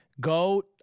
Go